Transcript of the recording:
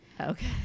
Okay